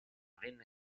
venne